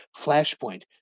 Flashpoint